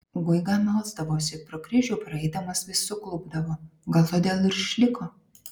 guiga melsdavosi pro kryžių praeidamas vis suklupdavo gal todėl ir išliko